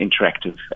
interactive